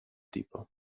tipo